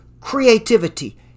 creativity